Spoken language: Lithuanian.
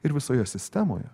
ir visoje sistemoje